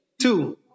Two